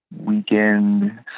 weekend